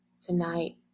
tonight